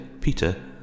Peter